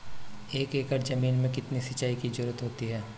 एक एकड़ ज़मीन में कितनी सिंचाई की ज़रुरत होती है?